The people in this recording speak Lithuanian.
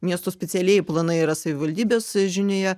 miesto specialieji planai yra savivaldybės žinioje